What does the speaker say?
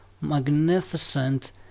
magnificent